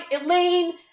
Elaine